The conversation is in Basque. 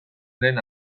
lehen